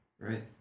right